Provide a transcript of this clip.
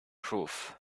proof